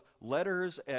letters